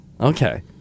Okay